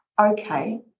okay